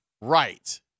Right